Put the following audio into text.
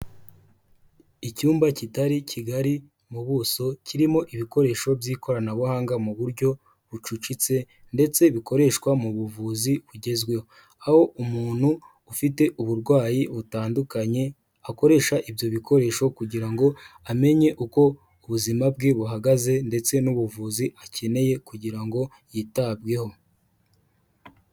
Icyumba kitari kigari mu buso kirimo ibikoresho by'ikoranabuhanga mu buryo buciriritse ndetse bikoreshwa mu buvuzi bugezweho aho umuntu ufite uburwayi butandukanye akoresha ibyo bikoresho kugira ngo amenye uko ubuzima bwe buhagaze ndetse n'ubuvuzi akeneye kugira ngo yitabweho.